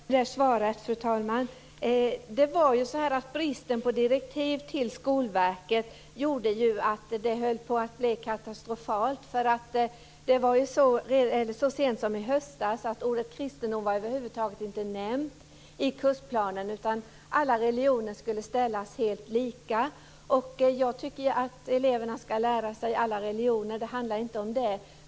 Fru talman! Jag tackar för det svaret. Det var ju så att bristen på direktiv till Skolverket gjorde att det höll på att bli katastrofalt. Så sent som i höstas var ordet kristendom över huvud taget inte nämnt i kursplanen, utan alla religioner skulle helt likställas. Jag tycker att eleverna ska lära sig alla religioner; det handlar inte om det.